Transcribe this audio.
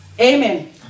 Amen